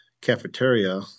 cafeteria